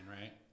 right